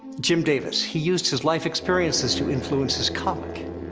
jim davis, he used his life experiences to influence his comic. and